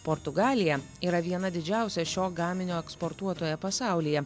portugalija yra viena didžiausia šio gaminio eksportuotoja pasaulyje